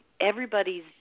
everybody's